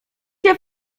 się